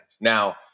Now